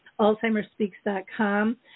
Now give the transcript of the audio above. AlzheimerSpeaks.com